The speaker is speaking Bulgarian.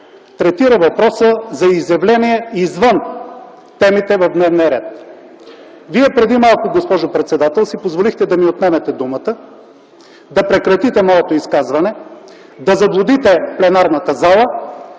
третира въпроса за изявления извън темите в дневния ред. Вие преди малко, госпожо председател, си позволихте да ми отнемете думата, да прекратите моето изказване, да заблудите пленарната зала,